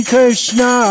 Krishna